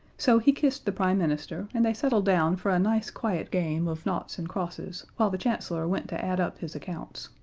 so he kissed the prime minister, and they settled down for a nice quiet game of noughts and crosses while the chancellor went to add up his accounts.